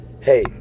hey